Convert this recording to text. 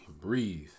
Breathe